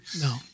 No